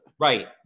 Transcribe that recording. Right